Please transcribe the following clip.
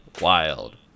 Wild